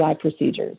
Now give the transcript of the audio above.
procedures